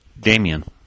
Damien